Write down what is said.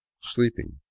sleeping